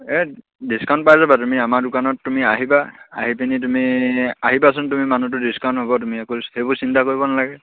এই ডিছকাউণ্ট পাই যাবা তুমি আমাৰ দোকানত তুমি আহিবা আহি পিনি তুমি আহিবাচোন তুমি মানুহটো ডিছকাউণ্ট হ'ব তুমি একো সেইবোৰ চিন্তা কৰিব নালাগে